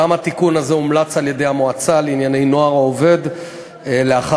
גם התיקון הזה הומלץ על-ידי המועצה לענייני נוער עובד לאחר